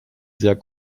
sehr